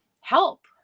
help